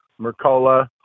Mercola